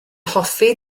hoffi